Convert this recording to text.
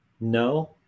No